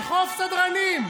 לדחוף סדרנים,